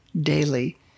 daily